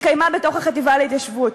שהתקיימה בתוך החטיבה להתיישבות.